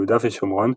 יהודה ושומרון,